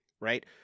right